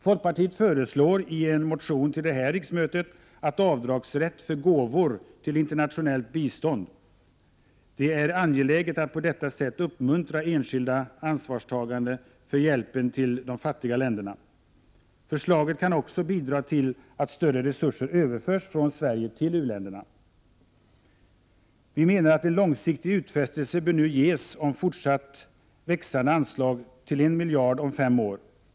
Folkpartiet föreslår i en motion till detta riksmöte en avdragsrätt för gåvor till internationellt bistånd. Det är angeläget att på detta sätt uppmuntra enskilt ansvarstagande för hjälpen till de fattiga länderna. Förslaget kan också bidra till att större resurser överförs från Sverige till u-länderna. En långsiktig utfästelse bör nu ges om fortsatt växande anslag till en miljard om fem år.